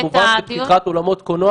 כמובן שפתיחת אולמות קולנוע,